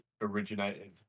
originated